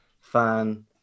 fan